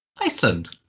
Iceland